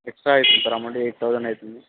extra అవుతుంది sir amount eight thousand అవుతుంది